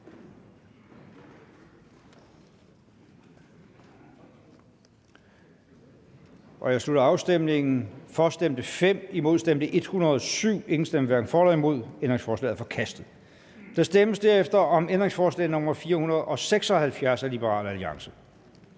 Jeg slutter afstemningen. For stemte 5 (LA), imod stemte 107 (V, S, DF, RV, SF, EL og KF), hverken for eller imod stemte 0. Ændringsforslaget er forkastet. Der stemmes derefter om ændringsforslag nr. 476 af Liberal Alliance.